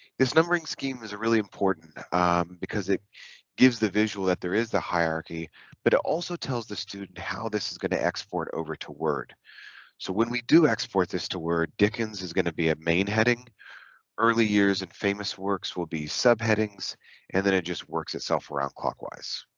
numbering scheme is really important because it gives the visual that there is the hierarchy but it also tells the student how this is going to export over to word so when we do export this to word dickens is going to be a main heading early years and famous works will be subheadings and then it just works itself around clockwise